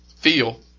feel